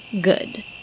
Good